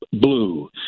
blue